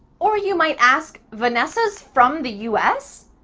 or you might ask, vanessa's from the us?